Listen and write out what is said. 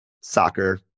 Soccer